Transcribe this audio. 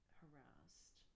harassed